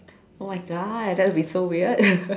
oh my god that would be so weird